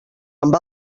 amb